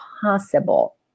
possible